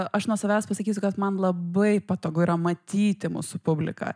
aš nuo savęs pasakysiu kad man labai patogu yra matyti mūsų publiką